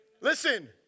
Listen